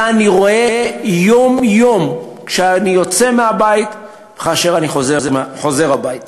אותה אני רואה יום-יום כשאני יוצא מהבית וכשאני חוזר הביתה,